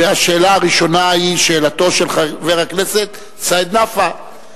השאלה הראשונה היא שאלתו של חבר הכנסת סעיד נפאע.